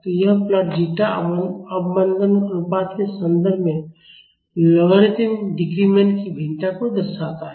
तो यह plot zeta अवमंदन अनुपात के संबंध में लॉगरिदमिक डिक्रीमेंट की भिन्नता को दर्शाता है